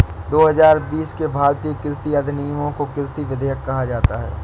दो हजार बीस के भारतीय कृषि अधिनियमों को कृषि विधेयक कहा जाता है